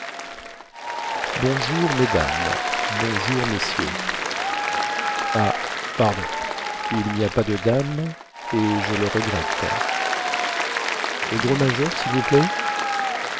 bonjour mesdames bonjour messieurs ah pardon il ny a pas de dames et je le regrette le gros major sil vous plaît